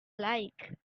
like